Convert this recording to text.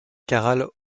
caral